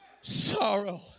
sorrow